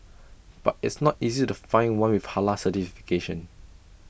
but it's not easy to find one with Halal certification